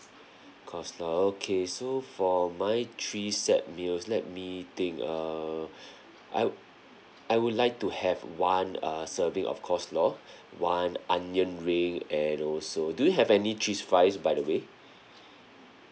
coleslaw okay so for my three set meals let me think err I'd I would like to have one err serving of coleslaw one onion ring and also do you have any cheese fries by the way